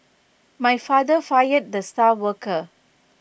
my father fired the star worker